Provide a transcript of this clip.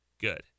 good